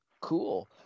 Cool